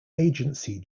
agency